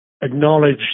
acknowledge